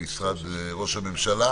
למשרד ראש הממשלה